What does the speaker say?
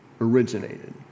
originated